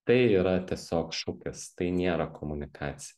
tai yra tiesiog šūkis tai nėra komunikacija